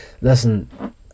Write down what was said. listen